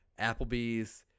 Applebee's